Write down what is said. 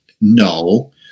No